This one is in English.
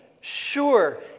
sure